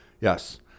Yes